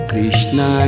Krishna